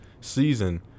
season